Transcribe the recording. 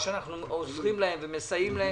מה שאנחנו עוזרים להם ומסייעים להם,